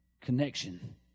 connection